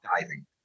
diving